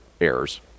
errors